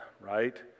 right